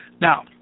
Now